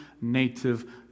native